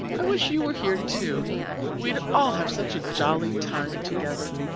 i wish you were here, too we'd all have such a jolly time together.